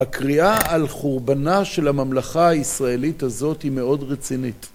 הקריאה על חורבנה של הממלכה הישראלית הזאת היא מאוד רצינית.